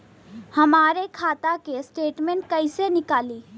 हमरे खाता के स्टेटमेंट कइसे निकली?